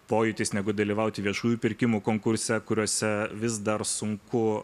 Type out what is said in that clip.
pojūtis negu dalyvauti viešųjų pirkimų konkurse kuriuose vis dar sunku